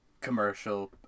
commercial